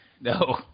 No